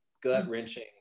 gut-wrenching